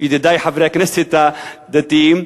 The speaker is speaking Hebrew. ידידי חברי הכנסת הדתיים.